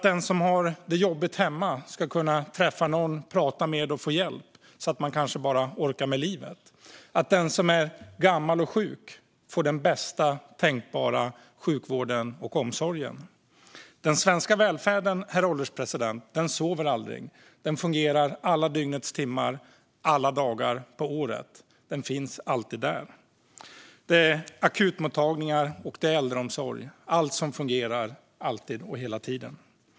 Den som har det jobbigt hemma ska kunna träffa någon att prata med för att få hjälp att kanske bara orka med livet. Den som är gammal och sjuk ska få bästa tänkbara sjukvård och omsorg. Den svenska välfärden, herr ålderspresident, sover aldrig. Den fungerar dygnets alla timmar, alla dagar om året. Den finns alltid där. Det handlar om akutmottagningar och äldreomsorg. Allt fungerar alltid och hela tiden.